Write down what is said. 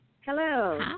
Hello